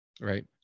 right